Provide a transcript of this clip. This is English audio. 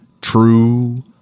True